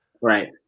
Right